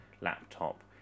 laptop